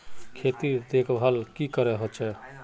खेतीर देखभल की करे होचे?